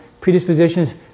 predispositions